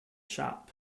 shop